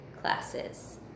classes